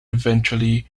eventually